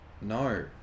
No